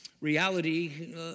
reality